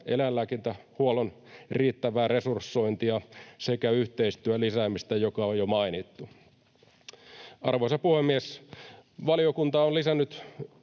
eläinlääkintähuollon riittävää resursointia sekä yhteistyön lisäämistä, joka on jo mainittu. Arvoisa puhemies! Valiokunta on lisännyt